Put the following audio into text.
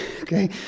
okay